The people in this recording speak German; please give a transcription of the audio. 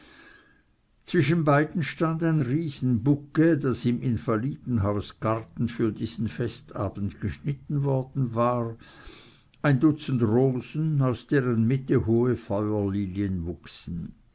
zwischen beiden stand ein riesenbouquet das im invalidenhausgarten für diesen festabend geschnitten worden war ein dutzend rosen aus deren mitte hohe feuerlilien aufwuchsen